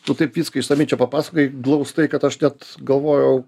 tu taip viską išsamiai čia papasakojai glaustai kad aš net galvojau